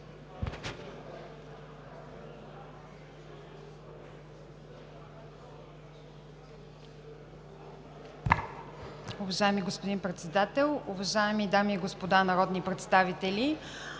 Уважаеми господин Председател, уважаеми дами и господа народни представители!